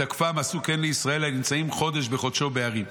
בתקפם עשו כן לישראל לנמצאים חודש בחודשו בערים.